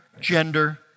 gender